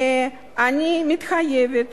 ואני מתחייבת